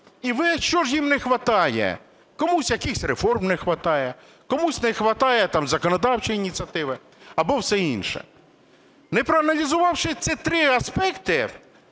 і в) що ж їм не хватає, комусь якихось реформ не хватає, комусь не хватає там законодавчої ініціативи, або все інше. Не проаналізувавши ці три аспекти,